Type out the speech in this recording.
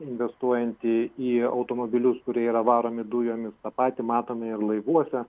investuojantį į automobilius kurie yra varomi dujomis tą patį matome ir laivuose